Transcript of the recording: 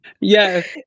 Yes